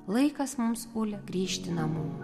laikas mums ule grįžti namo